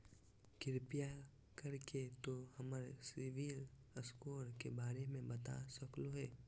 कृपया कर के तों हमर सिबिल स्कोर के बारे में बता सकलो हें?